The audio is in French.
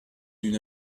d’une